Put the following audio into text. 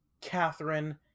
Catherine